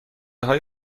های